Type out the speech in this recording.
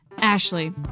Ashley